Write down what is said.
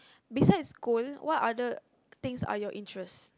besides gold what other things are your interest